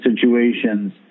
situations